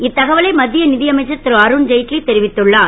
இத்தகவலை மத் யா யமைச்சர் ரு அருண் ஜெட்லி தெரிவித்துள்ளார்